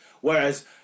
Whereas